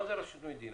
מה זה רשות מדינה?